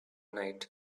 night